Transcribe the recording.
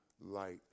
light